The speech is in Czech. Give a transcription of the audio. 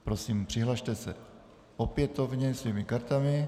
Prosím, přihlaste se opětovně svými kartami.